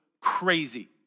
crazy